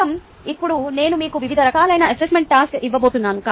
ఫలితం ఇప్పుడు నేను మీకు వివిధ రకాల అసెస్మెంట్ టాస్క్లు ఇవ్వబోతున్నాను